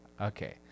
okay